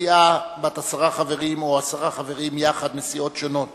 סיעה בת עשרה חברים או עשרה חברים יחד מסיעות שונות